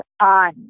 on